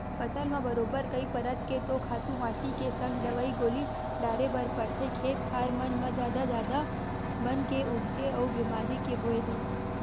फसल म बरोबर कई परत के तो खातू माटी के संग दवई गोली डारे बर परथे, खेत खार मन म जादा जादा बन के उपजे अउ बेमारी के होय ले